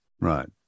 Right